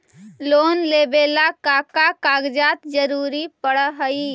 Loan लेवेला का का कागजात जरूरत पड़ हइ?